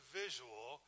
visual